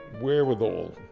wherewithal